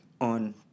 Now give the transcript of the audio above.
on